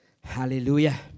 Hallelujah